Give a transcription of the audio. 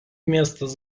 miestas